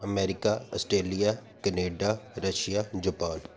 America Australia Canada Russia Japan